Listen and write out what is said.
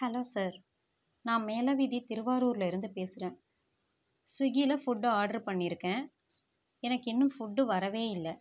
hello sir நான் மேல வீதி திருவாரூர்லிருந்து பேசறேன் ஸ்விக்கியில் ஃபுட் ஆர்டர் பண்ணியிருக்கேன் எனக்கு இன்னும் ஃபுட் வரவே இல்லை